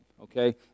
okay